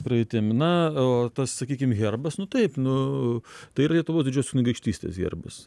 praeitim na o tas sakykim herbas nu taip nu tai yra lietuvos didžiosios kunigaikštystės herbas